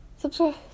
subscribe